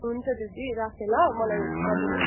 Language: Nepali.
हुन्छ दिदी राखेँ ल मलाई गरिदिनु होस्